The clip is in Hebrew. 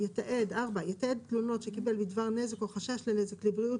4. יתעד תלונות שקיבל בדבר נזק או חשש לנזק לבריאות